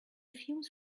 fumes